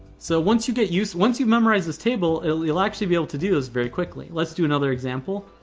so once you get used, once you've memorized this table, you'll actually be able to do this very quickly. let's do another example.